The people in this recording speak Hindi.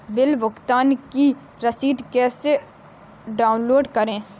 बिल भुगतान की रसीद कैसे डाउनलोड करें?